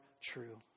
true